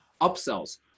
upsells